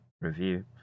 review